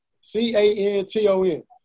C-A-N-T-O-N